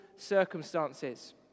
circumstances